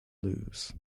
lose